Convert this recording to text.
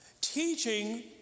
teaching